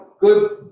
good